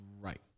Right